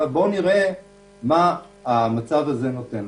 בואו נראה מה המצב הזה נותן לנו.